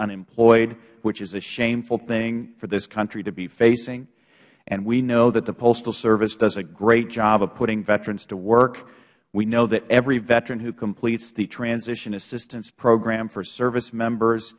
unemployed which is a shameful thing for this country to be facing and we know that the postal service does a great job of putting veterans to work we know that every veteran who completes the transition assistance program for service members